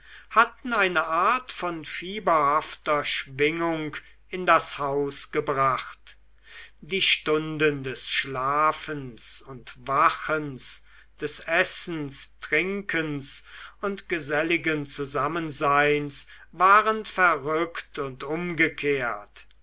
hatten eine art von fieberhafter schwingung in das haus gebracht die stunden des schlafens und wachens des essens trinkens und geselligen zusammenseins waren verrückt und umgekehrt